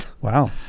Wow